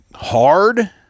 hard